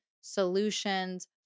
solutions